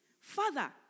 Father